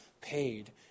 paid